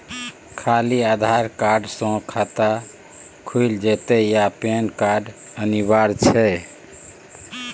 खाली आधार कार्ड स खाता खुईल जेतै या पेन कार्ड अनिवार्य छै?